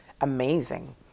amazing